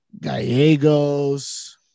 Gallegos